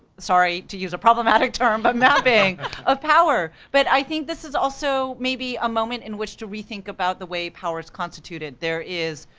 sorry, to use a problematic term, but mapping of power. but i think this is also maybe a moment in which to rethink about the way power is constituted, there is,